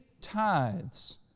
tithes